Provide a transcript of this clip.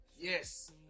yes